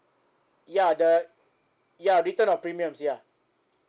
ya the ya return of premiums ya